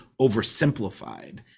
oversimplified